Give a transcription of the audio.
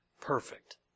perfect